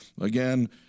again